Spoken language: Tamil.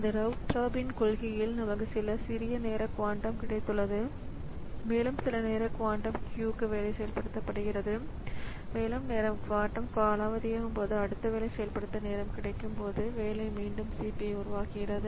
இந்த ரவுண்ட் ராபின் கொள்கையில் நமக்கு சில சிறிய நேர குவாண்டம் கிடைத்துள்ளது மேலும் சில நேரம் குவாண்டம் q க்கு வேலை செயல்படுத்தப்படுகிறது மேலும் நேரம் குவாண்டம் காலாவதியாகும் போது அடுத்த வேலை செயல்படுத்த நேரம் கிடைக்கும்போது வேலை மீண்டும் CPU ஐ உருவாக்குகிறது